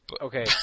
Okay